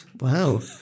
Wow